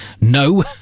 No